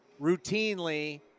routinely